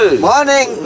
Morning